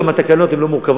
גם התקנות הן לא מורכבות,